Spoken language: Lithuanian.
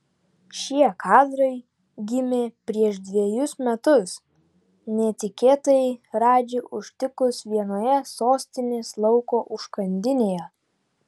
šie kadrai gimė prieš dvejus metus netikėtai radži užtikus vienoje sostinės lauko užkandinėje